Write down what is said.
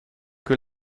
que